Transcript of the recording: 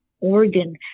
organ